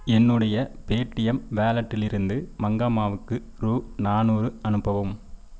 என்னுடைய பேடிஎம் வாலெட்டிலிருந்து மங்கம்மாவுக்கு ரூ நானூறு அனுப்பவும்